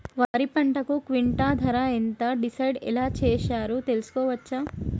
వరి పంటకు క్వింటా ధర ఎంత డిసైడ్ ఎలా చేశారు తెలుసుకోవచ్చా?